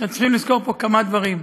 שאנחנו צריכים לזכור פה כמה דברים.